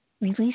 Release